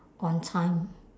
on time